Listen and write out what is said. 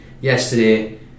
yesterday